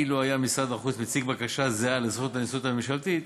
אילו הציג משרד החוץ בקשה זהה לסוכנות הנסיעות הממשלתית,